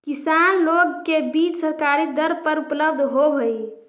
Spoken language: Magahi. किसान लोग के बीज सरकारी दर पर उपलब्ध होवऽ हई